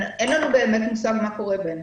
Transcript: אין לנו באמת מושג מה קורה בהן.